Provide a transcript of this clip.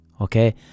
okay